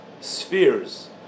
spheres